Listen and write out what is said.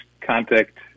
contact